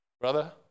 brother